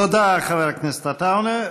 תודה, חבר הכנסת עטאונה.